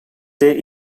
day